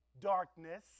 darkness